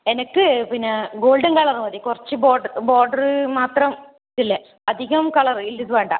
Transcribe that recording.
എനിക്ക് പിന്നെ golden colour മതി കുറച്ചു ബോർഡർ ബോർഡറ് മാത്രം ഇതില്ലേ അധികം കളറ് വേണ്ട